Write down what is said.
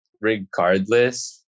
regardless